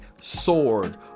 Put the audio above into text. sword